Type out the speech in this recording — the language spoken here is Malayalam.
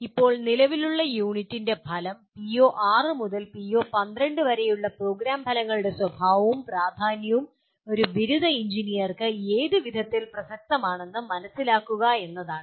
ഇപ്പോൾ നിലവിലുള്ള യൂണിറ്റിന്റെ ഫലം പിഒ6 മുതൽ പിഒ12 വരെയുള്ള പ്രോഗ്രാം ഫലങ്ങളുടെ സ്വഭാവവും പ്രാധാന്യവും ഒരു ബിരുദ എഞ്ചിനീയർക്ക് ഏത് വിധത്തിൽ പ്രസക്തമാണെന്ന് മനസിലാക്കുക എന്നതാണ്